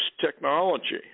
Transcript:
technology